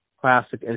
classic